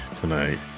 tonight